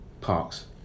Parks